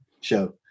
show